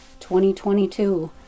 2022